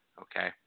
Okay